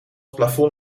plafond